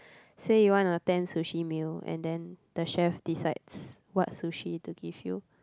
say you want a ten sushi meal and then the chef decides what sushi to give you